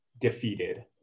defeated